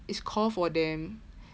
it's core for them